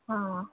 ହଁ